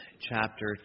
chapter